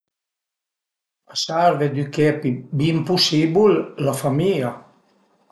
A serv edüché ël pi bin pusibul la famìa